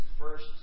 first